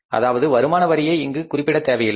அதாவது வருமான வரியை இங்கு குறிப்பிட தேவையில்லை